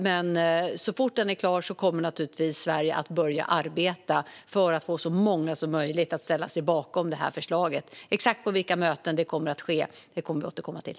Men så fort strategin är klar kommer naturligtvis Sverige att börja arbeta för att få så många så möjligt att ställa sig bakom förslaget. Exakt på vilka möten detta kommer att ske återkommer vi till.